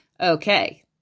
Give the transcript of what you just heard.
Okay